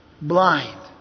blind